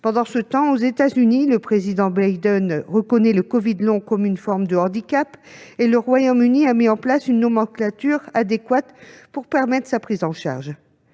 Pendant ce temps, aux États-Unis, le président Biden reconnaît le covid long comme une forme de handicap, et le Royaume-Uni a mis en place une nomenclature adéquate pour permettre sa prise en charge.